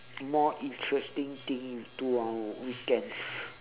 more interesting thing you do on weekends